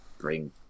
bring